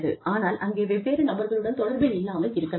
ஆனால் அங்கே வெவ்வேறு நபர்களுடன் தொடர்பில் இல்லாமல் இருக்கலாம்